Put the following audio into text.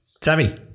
Sammy